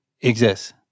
exists